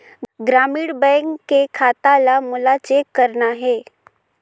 ग्रामीण बैंक के खाता ला मोला चेक करना हे?